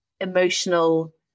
emotional